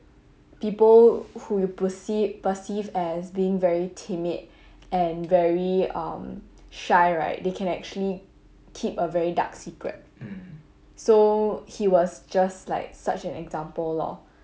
people who you perceive perceive as being very timid and very um shy right they can actually keep a very dark secret so he was just like such an example lor